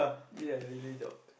yeah really jog